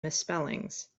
misspellings